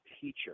teacher